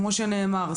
כמו שנאמר,